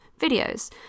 videos